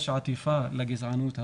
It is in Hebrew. יש עטיפה לגזענות הזו.